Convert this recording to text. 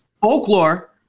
Folklore